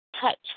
touch